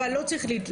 אבל לא צריך להתלהם.